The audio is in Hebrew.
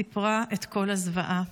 סיפרה את כל הזוועה.